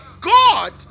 God